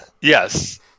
yes